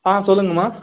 ஆ சொல்லுங்கம்மா